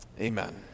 Amen